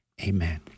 Amen